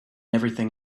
everything